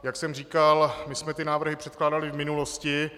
Jak jsem říkal, my jsme ty návrhy předkládali v minulosti.